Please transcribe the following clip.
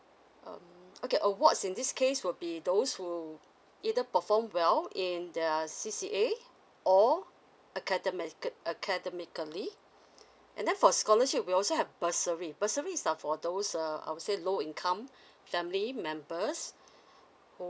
um okay awards in this case would be those who either perform well in the C_C_A or academical~ academically and then for scholarship we also have bursary bursary is a for those err I would say low income family members